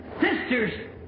sisters